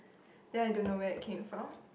then I don't know where it came from